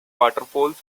waterfalls